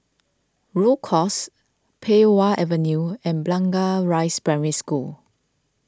Rhu Cross Pei Wah Avenue and Blangah Rise Primary School